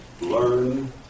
learn